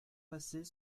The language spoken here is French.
passer